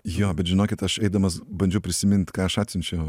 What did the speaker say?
jo bet žinokit aš eidamas bandžiau prisimint ką aš atsiunčiau